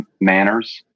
manners